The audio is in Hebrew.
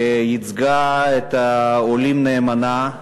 וייצגה את העולים נאמנה.